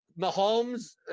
Mahomes